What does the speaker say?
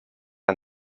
aan